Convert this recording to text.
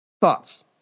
thoughts